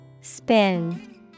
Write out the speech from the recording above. Spin